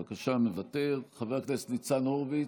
בבקשה, מוותר, חבר הכנסת ניצן הורוביץ,